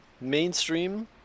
mainstream